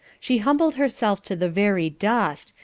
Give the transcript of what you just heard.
she humbled herself to the very dust,